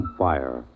fire